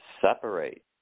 Separate